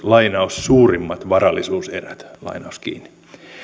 suurimmat varallisuuserät